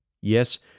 Yes